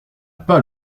pas